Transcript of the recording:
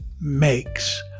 makes